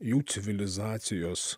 jų civilizacijos